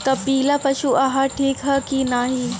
कपिला पशु आहार ठीक ह कि नाही?